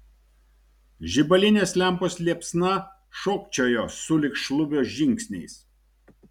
žibalinės lempos liepsna šokčiojo sulig šlubio žingsniais